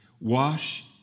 wash